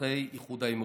לאזרחי איחוד האמירויות.